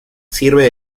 sirve